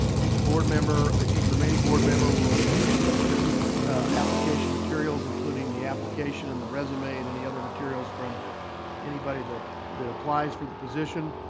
each board member ah each remaining board member will be distributed application materials including the application and the resume and any other materials from anybody that applies for the position.